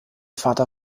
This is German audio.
vater